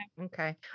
Okay